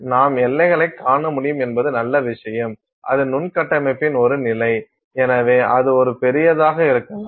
நாம் எல்லைகளைக் காண முடியும் என்பது நல்ல விஷயம் அது நுண் கட்டமைப்பின் ஒரு நிலை எனவே அது ஒரு பெரியதாக இருக்கலாம்